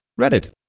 Reddit